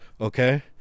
okay